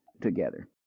together